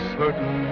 certain